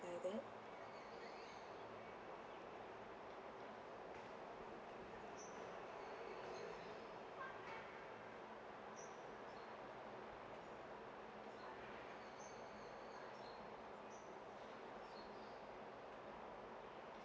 by that